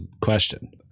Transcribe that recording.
question